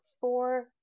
four